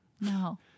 no